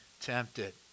tempted